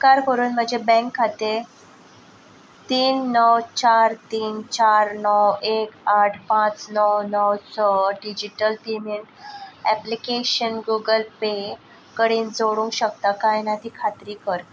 उपकार करून म्हजें बँक खातें तीन णव चार तीन चार णव एक आठ पांच णव णव स digital payment application Google Pay कडेन जोडूंक शकता काय ना ती खात्री कर